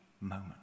moment